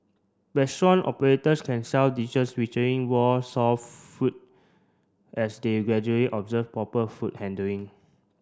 restaurant operators can sell dishes featuring raw salt food as they gradually observe proper food handling